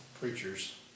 preachers